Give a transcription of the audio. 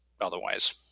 otherwise